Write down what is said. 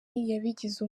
yabigize